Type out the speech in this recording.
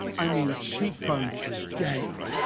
i mean cheekbones for days!